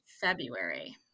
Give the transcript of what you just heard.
February